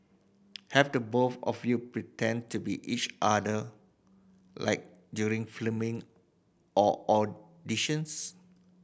have the both of you pretended to be each other like during filming or auditions